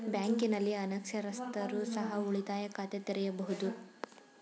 ಬ್ಯಾಂಕಿನಲ್ಲಿ ಅನಕ್ಷರಸ್ಥರು ಸಹ ಉಳಿತಾಯ ಖಾತೆ ತೆರೆಯಬಹುದು?